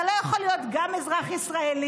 אתה לא יכול להיות גם אזרח ישראלי,